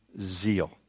zeal